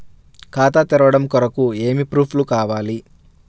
ఖాతా తెరవడం కొరకు ఏమి ప్రూఫ్లు కావాలి?